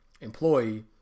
employee